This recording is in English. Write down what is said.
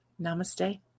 Namaste